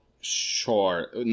Sure